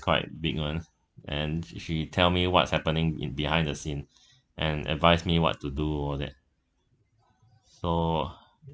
quite big one and she tell me what's happening in behind the scene and advise me what to do all that so uh